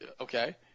okay